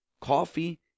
coffee